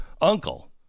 uncle